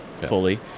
fully